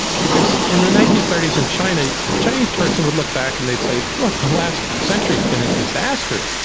because in the nineteen thirty s in china, a chinese person would look back and they'd say, look, the last century's been a disaster!